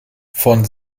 von